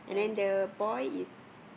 and